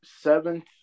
Seventh